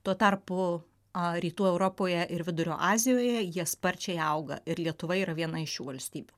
tuo tarpu rytų europoje ir vidurio azijoje jie sparčiai auga ir lietuva yra viena iš šių valstybių